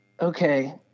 Okay